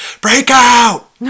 Breakout